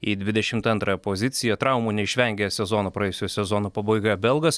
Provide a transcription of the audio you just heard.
į dvidešimt antrą poziciją traumų neišvengė sezoną praėjusio sezono pabaiga belgas